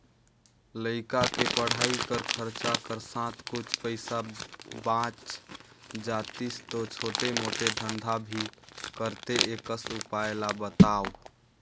लइका के पढ़ाई कर खरचा कर साथ कुछ पईसा बाच जातिस तो छोटे मोटे धंधा भी करते एकस उपाय ला बताव?